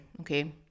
okay